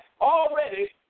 already